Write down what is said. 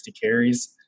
carries